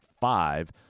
five